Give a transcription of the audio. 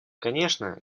конечно